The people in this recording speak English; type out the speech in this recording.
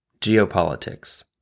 Geopolitics